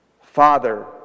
Father